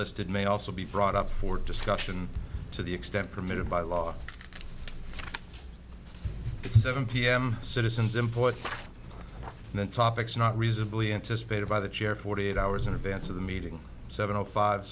listed may also be brought up for discussion to the extent permitted by law at seven pm citizens employed in the topics not reasonably anticipated by the chair forty eight hours in advance of the meeting seven o five